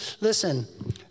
listen